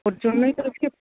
ওর জন্যই তো আজকে